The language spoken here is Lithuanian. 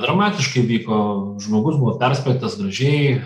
dramatiškai vyko žmogus buvo perspėtas gražiai